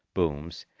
booms,